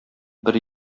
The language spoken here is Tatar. бер